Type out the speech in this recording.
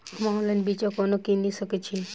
हम ऑनलाइन बिच्चा कोना किनि सके छी?